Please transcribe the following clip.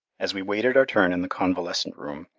as we waited our turn in the convalescent room,